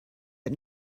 but